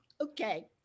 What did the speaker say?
Okay